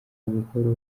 buhoro